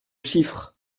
chiffres